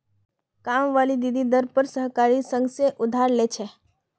कामवाली दीदी दर पर सहकारिता संघ से उधार ले छे